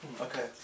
Okay